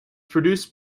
produced